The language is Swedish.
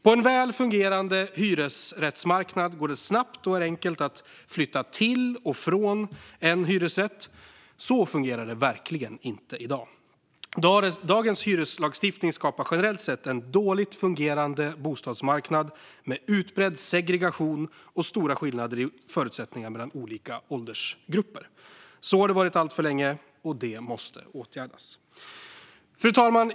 På en väl fungerande hyresrättsmarknad går det snabbt och enkelt att flytta till och från en hyresrätt. Så fungerar det verkligen inte i dag. Dagens hyreslagstiftning skapar generellt sett en dåligt fungerande bostadsmarknad med utbredd segregation och stora skillnader i förutsättningar mellan olika åldersgrupper. Så har det varit alltför länge, och det måste åtgärdas. Fru talman!